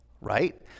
Right